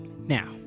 Now